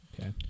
Okay